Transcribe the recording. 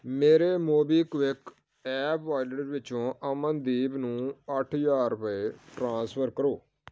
ਮੇਰੇ MobiKwik app wallet ਵਿੱਚੋਂ ਅਮਨਦੀਪ ਨੂੰ ਅੱਠ ਹਜ਼ਾਰ ਰੁਪਏ ਟ੍ਰਾਂਸਫਰ ਕਰੋ